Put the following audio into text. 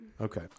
Okay